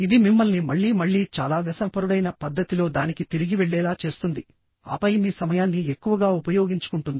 ఇది మిమ్మల్ని మళ్లీ మళ్లీ చాలా వ్యసనపరుడైన పద్ధతిలోకి తిరిగి వెళ్ళేలా చేస్తుందిఆపై మీ సమయాన్ని ఎక్కువగా ఉపయోగించుకుంటుంది